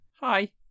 Hi